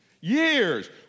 Years